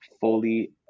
fully